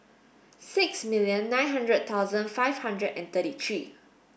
six million nine hundred thousand five hundred and thirty three